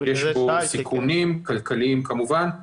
יש בו סיכונים, כלכליים כמובן.